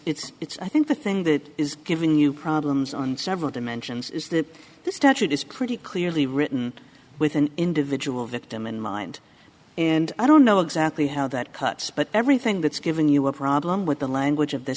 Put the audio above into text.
it's it's i think the thing that is giving you problems on several dimensions is that the statute is pretty clearly written with an individual that dim in mind and i don't know exactly how that cuts but everything that's given you a problem with the language of th